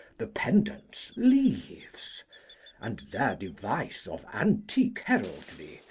the pendants leaves and their device of antique heraldry,